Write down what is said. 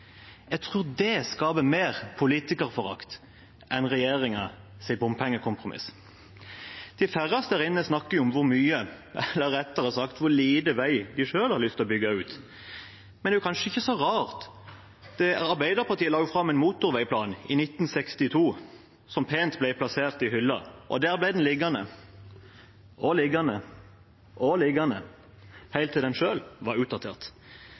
Jeg tror det skaper mer politikerforakt enn regjeringens bompengekompromiss. De færreste her snakker om hvor mye – eller rettere sagt hvor lite – vei de selv har lyst til å bygge ut, men det er kanskje ikke så rart. Arbeiderpartiet la fram en motorveiplan i 1962, som ble plassert pent i hylla. Der ble den liggende – og liggende – og liggende – helt til den var utdatert.